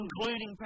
Including